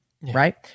right